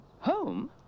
Home